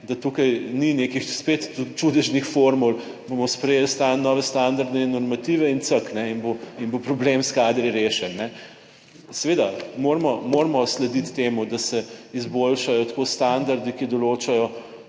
da tukaj ni nekih spet čudežnih formul, bomo sprejeli nove standarde in normative in ck, in bo in bo problem s kadri rešen. Seveda moramo, moramo slediti temu, da se izboljšajo tako standardi, ki določajo